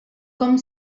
com